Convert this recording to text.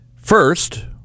First